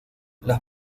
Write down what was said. las